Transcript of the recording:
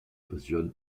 passionne